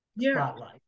spotlight